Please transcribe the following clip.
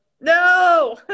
no